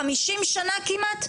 חמישים שנה כמעט,